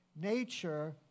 nature